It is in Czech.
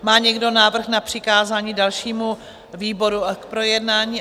Má někdo návrh na přikázání dalšímu výboru k projednání?